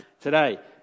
today